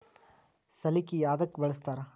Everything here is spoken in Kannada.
ಸಲಿಕೆ ಯದಕ್ ಬಳಸ್ತಾರ?